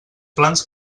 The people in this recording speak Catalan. plans